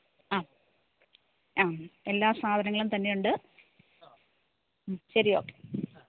ആ ആ എല്ലാ സാധനങ്ങളും തന്നെ ഉണ്ട് ഉം ശരി ഓക്കെ